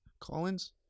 Collins